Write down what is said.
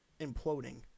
imploding